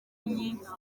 nyinshi